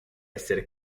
essere